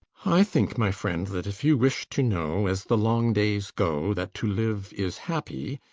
i think, my friend, that if you wish to know, as the long days go, that to live is happy,